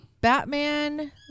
Batman